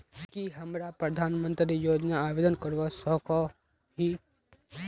की हमरा प्रधानमंत्री योजना आवेदन करवा सकोही?